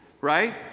right